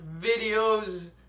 videos